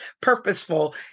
purposeful